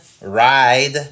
ride